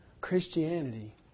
Christianity